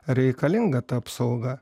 reikalinga ta apsauga